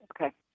Okay